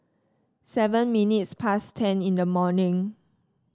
seven minutes past ten in the morning